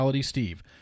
steve